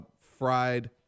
fried